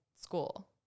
school